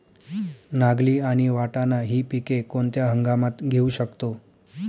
नागली आणि वाटाणा हि पिके कोणत्या हंगामात घेऊ शकतो?